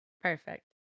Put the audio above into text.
perfect